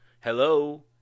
Hello